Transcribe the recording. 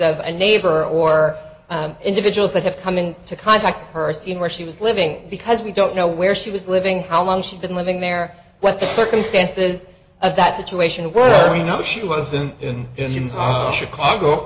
of a neighbor or individuals that have come in to contact her or seen where she was living because we don't know where she living how long she's been living there what the circumstances of that situation where you know she wasn't in chicago